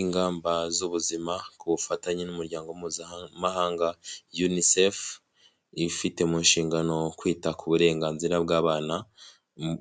Ingamba z'ubuzima ku bufatanye n'umuryango mpuzamahanga Unicef ifite mu nshingano kwita ku burenganzira bw'abana,